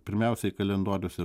pirmiausiai kalendoriuose